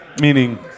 Meaning